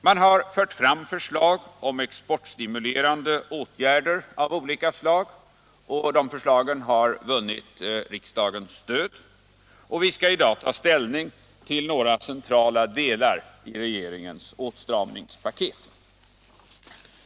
Man har fört fram förslag om exportstimulerande åtgärder av olika slag, och dessa har vunnit riksdagens stöd. Vi skall i dag ta ställning till några centrala delar i regeringens åtstramningspaket.